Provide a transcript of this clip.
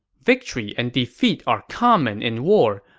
victory and defeat are common in war.